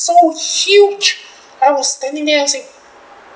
so huge I was standing there I say